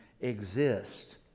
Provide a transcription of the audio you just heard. exist